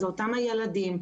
זה אותם הילדים,